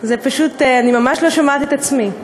אני פשוט ממש לא שומעת את עצמי.